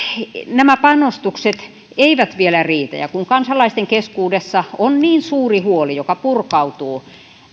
nämä panostukset eivät vielä riitä ja kun kansalaisten keskuudessa on niin suuri huoli joka purkautuu